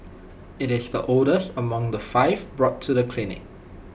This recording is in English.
IT is the oldest among the five brought to the clinic